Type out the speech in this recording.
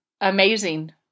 amazing